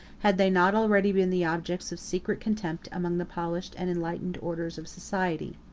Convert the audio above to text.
had they not already been the objects of secret contempt among the polished and enlightened orders of society.